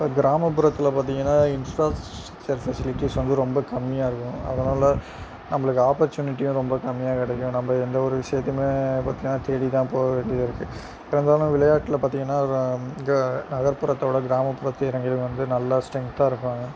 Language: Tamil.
இப்போ கிராமப்புறத்தில் பார்த்திங்கனா இன்ஃப்ராஸ் ஃபெசிலிட்டிஸ் வந்து ரொம்ப கம்மியாயிருக்கும் அதனால் நம்மளுக்கு ஆப்பர்ச்சுனிட்டியும் ரொம்ப கம்மியாக கிடைக்கும் நம்ம எந்த ஒரு விஷயத்தையுமே பார்த்திங்கன்னா தேடித்தான் போக வேண்டியாதருக்குது இருந்தாலும் விளையாட்டில் பார்த்திங்கன்னா ஒரு நகர்ப்புறத்தை விட கிராமப்புறத்து இடங்களில் வந்து நல்லா ஸ்டென்த்தாருப்பாங்கள்